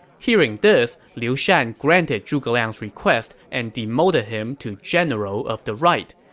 hearing this, liu shan granted zhuge liang's request and demoted him to general of the right,